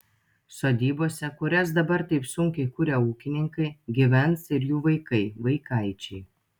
sodybose kurias dabar taip sunkiai kuria ūkininkai gyvens ir jų vaikai vaikaičiai